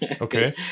Okay